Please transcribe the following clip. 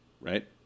right